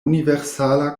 universala